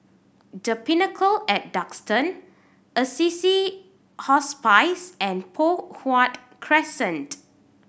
The Pinnacle at Duxton Assisi Hospice and Poh Huat Crescent